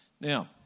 Now